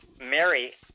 Mary